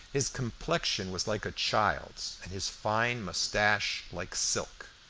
his complexion was like a child's, and his fine moustache like silk.